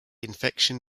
infection